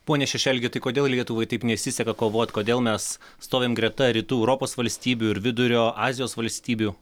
pone šešelgi tai kodėl lietuvai taip nesiseka kovot kodėl mes stovim greta rytų europos valstybių ir vidurio azijos valstybių